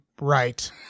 right